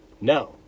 No